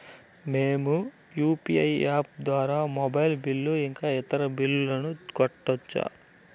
మేము UPI app ద్వారా mobile bill ఇంకా ఇతర బిల్లులను కట్టొచ్చు